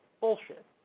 bullshit